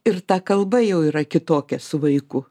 ir ta kalba jau yra kitokia su vaiku